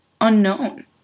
unknown